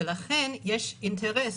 לכן, יש אינטרס.